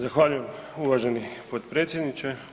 Zahvaljujem uvaženi potpredsjedniče.